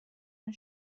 اون